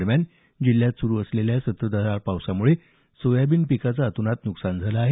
दरम्यान जिल्ह्यात सुरू असलेल्या संततधार पावसामुळे सोयाबीन पिकाचं अतोनात न्कसान झालं आहे